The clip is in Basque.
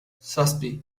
zazpi